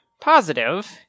Positive